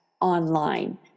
online